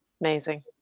Amazing